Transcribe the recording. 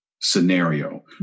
scenario